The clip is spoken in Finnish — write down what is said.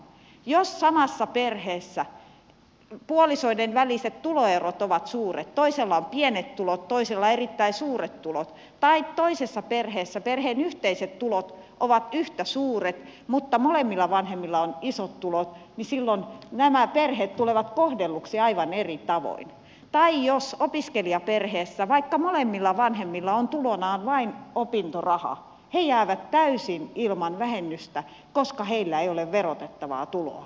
jos samassa perheessä puolisoiden väliset tuloerot ovat suuret toisella on pienet tulot toisella erittäin suuret tulot tai toisessa perheessä perheen yhteiset tulot ovat yhtä suuret mutta molemmilla vanhemmilla on isot tulot niin silloin nämä perheet tulevat kohdelluksi aivan eri tavoin tai jos opiskelijaperheessä vaikka molemmilla vanhemmilla on tulonaan vain opintoraha he jäävät täysin ilman vähennystä koska heillä ei ole verotettavaa tuloa